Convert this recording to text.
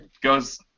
goes